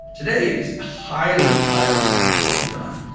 today it is highly, highly scientifically done.